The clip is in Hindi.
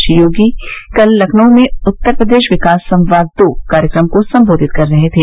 श्री योगी कल लखनऊ में उत्तर प्रदेश विकास संवाद दो कार्यक्रम को संबोधित कर रहे थे